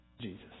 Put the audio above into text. Jesus